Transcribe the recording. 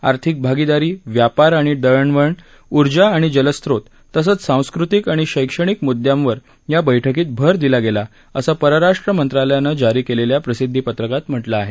आर्थिक भागिदारी व्यापार आणि दळणवळण उर्जा आणि जलस्त्रोत तसंच सांस्कृतिक आणि शैक्षणिक मुद्यांवर या बैठकीत भर दिला गेला असं परराष्ट्र मंत्रालयानं जारी केलेल्या प्रसिदधीपत्रकात म्हटलं आहे